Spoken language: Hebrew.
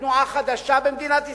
זה יצר איזו תנועה חדשה במדינת ישראל?